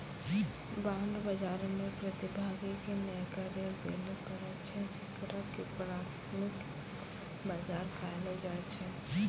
bond बजारो मे प्रतिभागी के नयका ऋण दिये पड़ै छै जेकरा की प्राथमिक बजार कहलो जाय छै